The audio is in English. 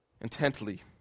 intently